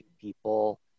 people